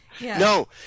No